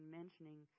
mentioning